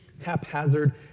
haphazard